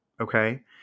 okay